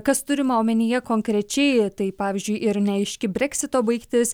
kas turima omenyje konkrečiai tai pavyzdžiui ir neaiški breksito baigtis